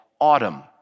autumn